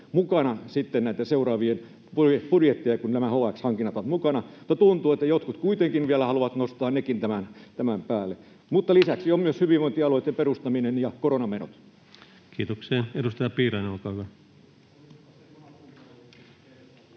mukaan sitten näihin seuraaviin budjetteihin, kun nämä HX-hankinnat ovat mukana, mutta tuntuu, että jotkut kuitenkin vielä haluavat nostaa nekin tämän päälle. Lisäksi ovat myös hyvinvointialueitten perustaminen ja koronamenot. [Ben Zyskowicz: Olisipa